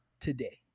today